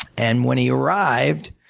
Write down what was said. and when he arrived,